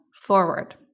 forward